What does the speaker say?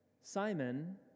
Simon